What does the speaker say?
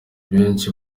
benshi